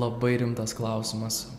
labai rimtas klausimas